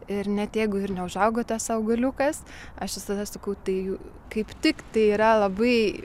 ir net jeigu ir neužaugo tas augaliukas aš visada sakau tai kaip tik tai yra labai